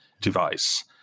device